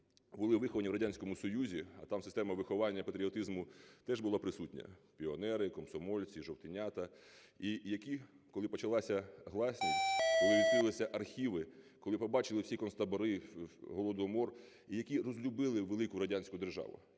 були виховані в Радянському Союзі, а там система виховання патріотизму теж була присутня – піонери, комсомольці, жовтенята – і які, коли почалася гласність, коли відкрилися архіви, коли побачили всі концтабори, голодомор, і які розлюбили велику радянську державу,